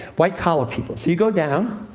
white-collar people. so, you go down,